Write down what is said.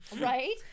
Right